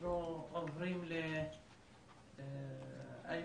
אנחנו עוברים לאיימן.